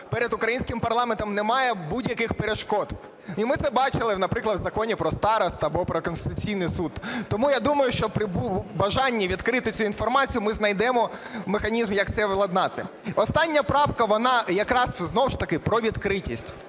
перед українським парламентом немає будь-яких перешкод. І ми це бачили, наприклад, в Законі про старост або про Конституційний Суд. Тому я думаю, що при бажанні відкрити цю інформацію, ми знайдемо механізм як це владнати. Остання правка, вона якраз знову ж таки про відкритість.